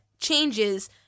changes